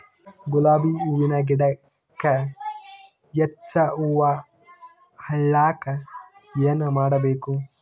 ಗುಲಾಬಿ ಹೂವಿನ ಗಿಡಕ್ಕ ಹೆಚ್ಚ ಹೂವಾ ಆಲಕ ಏನ ಮಾಡಬೇಕು?